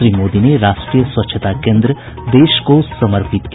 श्री मोदी ने राष्ट्रीय स्वच्छता केन्द्र देश को समर्पित किया